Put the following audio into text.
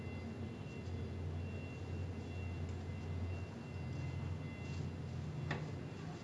oh eh ah this [one] very err interesting question because இது வரைக்கும்:ithu varaikkum right I cannot compare the taste of liquor to anything else